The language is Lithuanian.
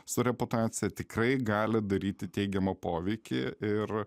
su reputacija tikrai gali daryti teigiamą poveikį ir